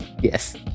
Yes